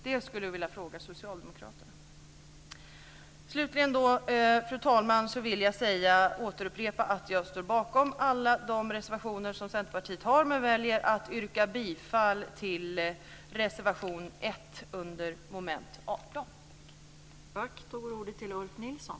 Det skulle jag vilja fråga socialdemokraterna om. Fru talman! Slutligen vill jag upprepa att jag står bakom alla Centerpartiets reservationer men väljer att yrka bifall till reservation 1 under mom. 18.